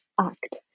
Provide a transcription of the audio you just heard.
act